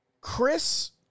Chris